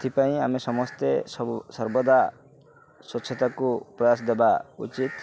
ଏଥିପାଇଁ ଆମେ ସମସ୍ତେ ସବୁ ସର୍ବଦା ସ୍ୱଚ୍ଛତାକୁ ପ୍ରୟାସ ଦେବା ଉଚିତ